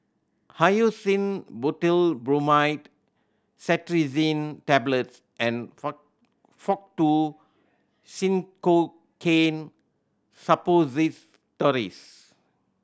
Hyoscine Butylbromide Cetirizine Tablets and Faktu Cinchocaine Suppositories